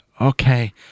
Okay